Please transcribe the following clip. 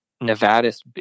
nevada's